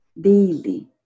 daily